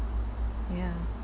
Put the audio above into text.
ya